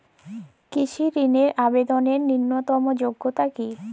কৃষি ধনের আবেদনের ন্যূনতম যোগ্যতা কী?